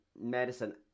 medicine